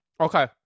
Okay